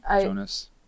Jonas